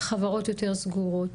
חברות יותר סגורות